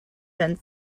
been